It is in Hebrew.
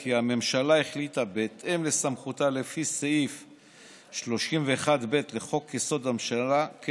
בהתאם לסמכותה לפי סעיף 31(ב) לחוק-יסוד: הממשלה,